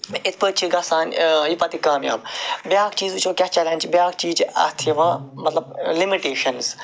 یِتھٕ پٲٹھۍ چھِ گَژھان یہِ پتہٕ کامیاب بیٛاکھ چیٖز وُچھو کیٛاہ چلینٛج چھِ بیٛاکھ چیٖز چھِ اَتھ یِوان مطلب لِمِٹیٚشنٕز